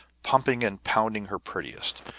pumping and pounding her prettiest,